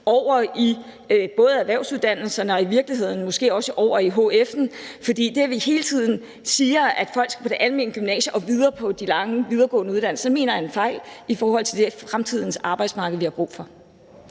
over i både erhvervsuddannelserne og i virkeligheden måske også over i hf'en. For det, at vi hele tiden siger, at folk skal på det almene gymnasium og videre på de lange videregående uddannelser, mener jeg er en fejl i forhold til fremtidens arbejdsmarked og det, vi har brug for.